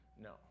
no